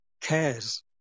cares